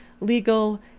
legal